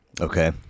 okay